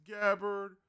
Gabbard